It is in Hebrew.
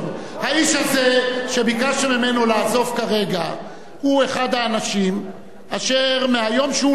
האיש הזה שביקשתם ממנו לעזוב כרגע הוא אחד האנשים אשר מהיום שהוא נולד,